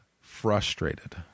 Frustrated